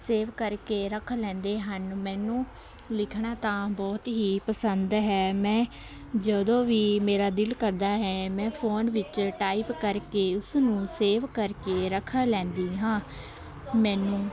save ਕਰਕੇ ਰੱਖ ਲੈਂਦੇ ਹਨ ਮੈਨੂੰ ਲਿਖਣਾ ਤਾਂ ਬਹੁਤ ਹੀ ਪਸੰਦ ਹੈ ਮੈਂ ਜਦੋਂ ਵੀ ਮੇਰਾ ਦਿਲ ਕਰਦਾ ਹੈ ਮੈਂ ਫੋਨ ਵਿੱਚ ਟਾਈਪ ਕਰਕੇ ਉਸਨੂੰ ਸੇਵ ਕਰਕੇ ਰੱਖ ਲੈਂਦੀ ਹਾਂ ਮੈਨੂੰ